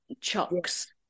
chucks